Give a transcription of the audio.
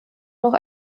noch